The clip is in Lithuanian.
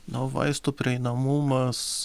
nu vaistų prieinamumas